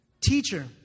Teacher